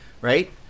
right